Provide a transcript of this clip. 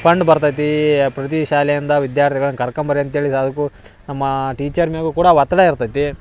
ಪಂಡ್ ಬರ್ತೈತಿ ಪ್ರತಿ ಶಾಲೆಯಿಂದ ವಿದ್ಯಾರ್ಥಿಗಳನ್ನ ಕರ್ಕಂಬರ್ರಿ ಅಂತೇಳಿ ಅದಕ್ಕು ನಮ್ಮ ಟೀಚರ್ ಮ್ಯಾಗು ಕೂಡ ಒತ್ತಡ ಇರ್ತೈತಿ